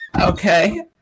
okay